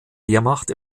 wehrmacht